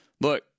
look